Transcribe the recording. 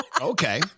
Okay